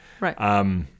Right